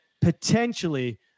potentially